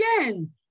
again